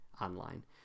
online